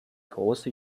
große